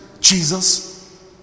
Jesus